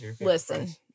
Listen